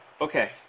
Okay